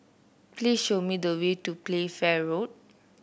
please show me the way to Playfair Road